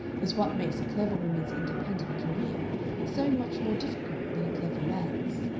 is what makes a clever woman's independent career so much more difficult than a clever man's.